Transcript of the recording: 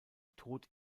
tod